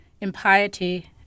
impiety